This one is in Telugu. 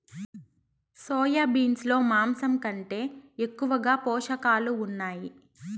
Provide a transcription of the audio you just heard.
సోయా బీన్స్ లో మాంసం కంటే ఎక్కువగా పోషకాలు ఉన్నాయి